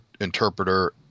interpreter